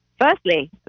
Firstly